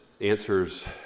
answers